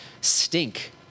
stink